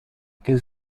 che